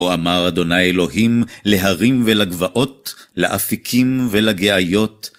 אמר ד' אלוהים, להרים ולגבעות, לאפיקים ולגאיות,